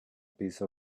piece